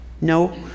No